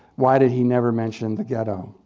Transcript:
why did he never mention the ghetto?